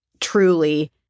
Truly